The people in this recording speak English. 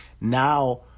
now